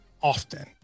often